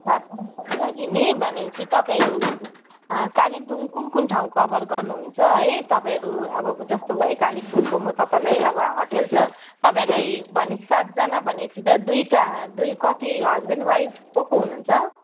चार पाँच दिनको लागि नि भनेपछि तपाईँहरू कालिम्पोङ कुन कुन ठाउँ कभर गर्नुहुन्छ है तपाईँहरू अब जस्तो भयो कालिम्पोङको म तपाईँलाई अब होटल त तपाईँहरूलाई भनेपछि सातजना भनेपछि त दुईवटा दुई कति हस्बेन्ड वाइफ को को हुनुहुन्छ